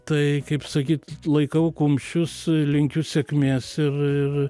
tai kaip sakyt laikau kumščius linkiu sėkmės ir ir